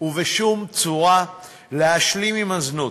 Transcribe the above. ובשום צורה להשלים עם הזנות.